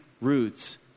roots